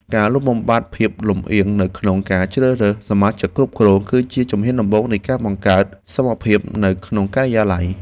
ការលុបបំបាត់ភាពលំអៀងនៅក្នុងការជ្រើសរើសសមាជិកគ្រប់គ្រង គឺជាជំហានដំបូងនៃការបង្កើតសមភាពនៅក្នុងការិយាល័យ។